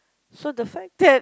so the fact that